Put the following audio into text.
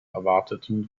erwarteten